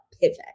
Pivot